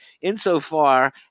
insofar